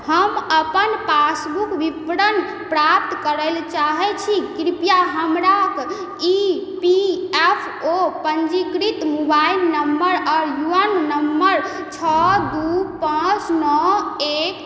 हम अपन पासबुक विवरण प्राप्त करऽ चाहै छी कृपया हमरा ई पी एफ ओ पञ्जीकृत मोबाइल नम्बर आओर यूएन नम्बर छओ दू पाँच नओ एक